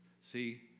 See